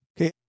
Okay